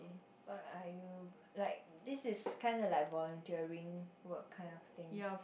what are you like this is kind of like volunteering work kind of thing